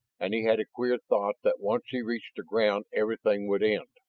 and he had a queer thought that once he reached the ground everything would end,